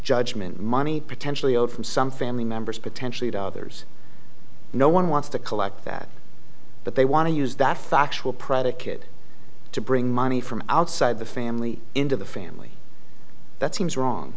judgment money potentially out from some family members potentially to others no one wants to collect that but they want to use that factual predicate to bring money from outside the family into the family that seems wrong